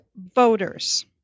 voters